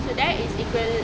so that is equal